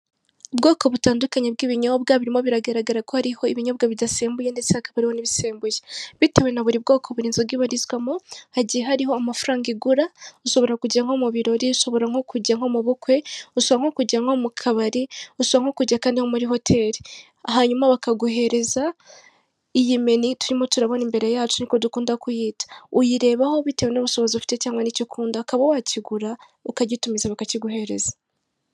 Ubwoko butandukanye bw'ibinyobwa birimo biragaragara ko hariho ibinyobwa bidasembuye ndetse hakaba hariho n'ibisembuye. Bitewe na buri bwoko buri nzoga ibarizwamo, hagiye hariho amafaranga igura, ushobora kujya nko mu birori, ushobora nko kujya nko mu bukwe, ushobora nko kujya nko mu kabari, ushobora nko kujya kandi nko muri hoteli hanyuma bakaguhereza iyi meni turimo turabona imbere yacu niko dukunda kuyita, uyirebaho bitewe n'ubushobozi ufite cya icyo ukunda ukaba wakigura ukagitumiza bakakiguhereza.